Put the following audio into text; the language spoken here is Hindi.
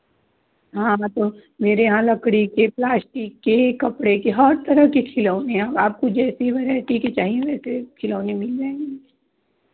हाँ मैं तो मेरे यहाँ लकड़ी के प्लाश्टिक के कपड़े के हर तरह के खिलौने हैं आपको जैसी वैराईटी के चाहिए वैसे खिलौने मिल जाएँगे ना